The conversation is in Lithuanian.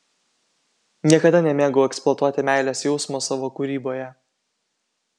niekada nemėgau eksploatuoti meilės jausmo savo kūryboje